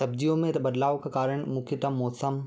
सब्ज़ियों में तो बदलाव का कारण मुख्यतः मौसम